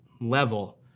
level